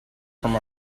from